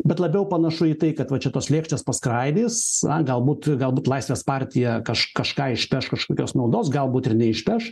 bet labiau panašu į tai kad va čia tos lėkštės paskraidys galbūt galbūt laisvės partija kaž kažką išpeš kažkokios naudos galbūt ir neišpeš